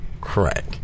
crack